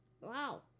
Wow